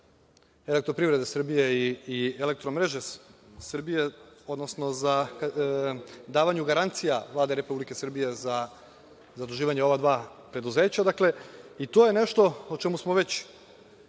„Elektroprivrede Srbije“ i „Elektromreže Srbije“, odnosno davanju garancija Vlade Republike Srbije za zaduživanje ova dva preduzeća, to je nešto o čemu smo već